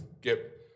get